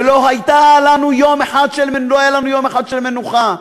ולא היה לנו יום אחד של מנוחה.